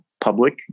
public